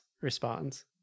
responds